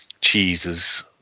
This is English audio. cheeses